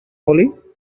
hollie